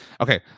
okay